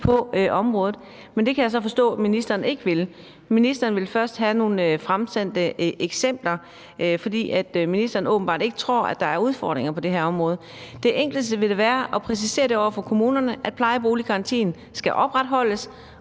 på området. Men det kan jeg så forstå at ministeren ikke vil. Ministeren vil først have nogle eksempler fremsendt, fordi ministeren åbenbart ikke tror, at der er udfordringer på det her område. Det enkleste ville da være at præcisere over for kommunerne, at plejeboliggarantien skal opretholdes,